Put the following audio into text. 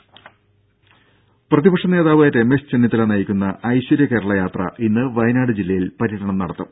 രുര പ്രതിപക്ഷ നേതാവ് രമേശ് ചെന്നിത്തല നയിക്കുന്ന ഐശ്വര്യ കേരള യാത്ര ഇന്ന് വയനാട് ജില്ലയിൽ പര്യടനം നടത്തും